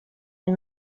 est